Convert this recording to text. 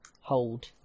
hold